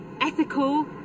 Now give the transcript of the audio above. ethical